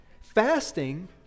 Fasting